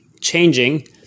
changing